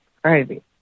crazy